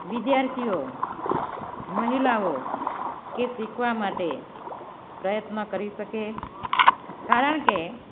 વિદ્યાર્થીઓ મહિલાઓ કે શીખવા માટે પ્રયત્ન કરી શકે કારણ કે